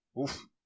Oof